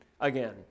Again